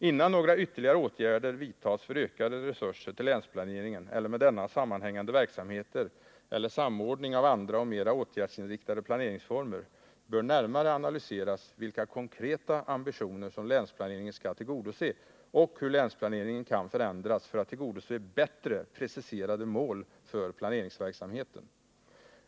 Innan några ytterligare åtgärder vidtas för ökade resurser till länsplaneringen eller med denna sammanhängande verksamheter eller samordning av andra och mera åtgärdsinriktade planeringsformer bör närmare analyseras vilka konkreta ambitioner som länsplaneringen skall tillgodose och hur länsplaneringen kan förändras för att tillgodose bättre preciserade mål för planeringsverksamheten.